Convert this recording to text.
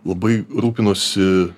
labai rūpinuosi